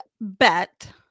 bet